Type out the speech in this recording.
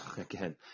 again